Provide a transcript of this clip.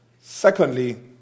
Secondly